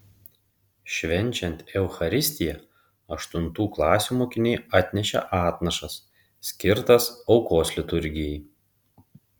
švenčiant eucharistiją aštuntų klasių mokiniai atnešė atnašas skirtas aukos liturgijai